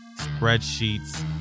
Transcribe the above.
spreadsheets